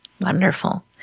Wonderful